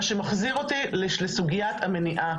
וזה מה שמחזיר אותי לסוגיית המניעה.